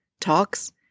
talks